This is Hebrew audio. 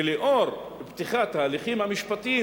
ולאור פתיחת ההליכים המשפטיים,